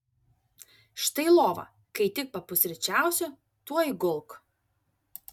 štai lova kai tik papusryčiausi tuoj gulk